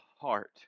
heart